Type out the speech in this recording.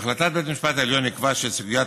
בהחלטת בית המשפט העליון נקבע שסוגיית